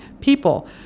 people